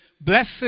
Blessed